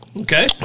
Okay